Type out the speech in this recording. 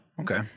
Okay